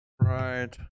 Right